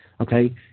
okay